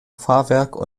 fahrwerk